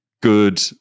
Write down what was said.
good